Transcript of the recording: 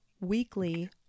weekly